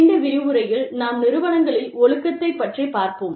இந்த விரிவுரையில் நாம் நிறுவனங்களில் ஒழுக்கத்தைப் பற்றி பார்ப்போம்